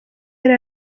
yari